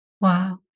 Wow